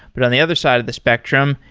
but on the other side of the spectrum,